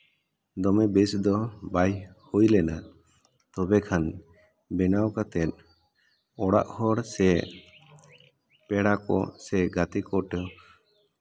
ᱫᱚᱢᱮ ᱵᱮᱥ ᱫᱚ ᱵᱟᱭ ᱦᱩᱭ ᱞᱮᱱᱟ ᱛᱚᱵᱮ ᱠᱷᱟᱱ ᱵᱮᱱᱟᱣ ᱠᱟᱛᱮᱫ ᱚᱲᱟᱜ ᱦᱚᱲ ᱥᱮ ᱯᱮᱲᱟ ᱠᱚ ᱥᱮ ᱜᱟᱛᱮ ᱠᱚ ᱴᱷᱮᱱ